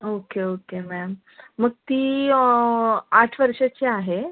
okay okay ma'am मग ती आठ वर्षाची आहे